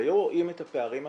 והיו רואים את הפערים הקיימים,